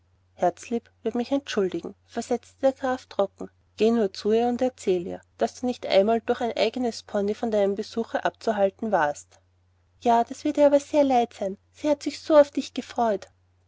wird mich entschuldigen versetzte der graf trocken geh nur zu ihr und erzähl ihr daß du nicht einmal durch einen eignen pony von deinem besuche abzuhalten warst ja das wird ihr aber sehr leid sein sie hat sich so auf dich gefreut